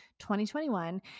2021